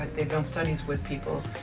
they've done studied with people.